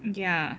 ya